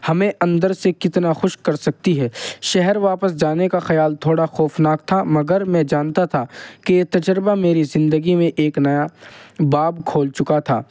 ہمیں اندر سے کتنا خوش کر سکتی ہے شہر واپس جانے کا خیال تھوڑا خوفناک تھا مگر میں جانتا تھا کہ یہ تجربہ میری زندگی میں ایک نیا باب کھول چکا تھا